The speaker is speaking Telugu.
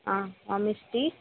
స్ట్రీట్